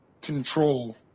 control